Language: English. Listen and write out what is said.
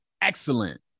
excellent